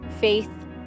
faith